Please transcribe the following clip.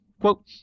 quote